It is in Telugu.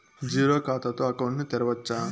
జీరో ఖాతా తో అకౌంట్ ను తెరవచ్చా?